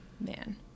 man